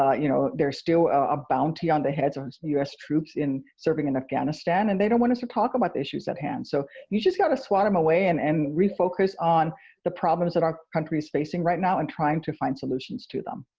ah you know, there's still a bounty on the heads of u s. troops serving in afghanistan. and they don't want us to talk about issues at hand. so you just got to swat them away and and re-focus on the problems that our country is facing right now and try and find solutions to them.